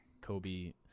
Kobe